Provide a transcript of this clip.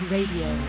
Radio